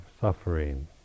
suffering